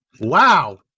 Wow